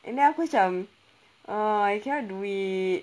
and then aku macam uh I cannot do it